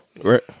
Right